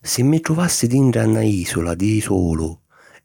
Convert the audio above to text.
Si mi truvassi dintra na ìsula di sulu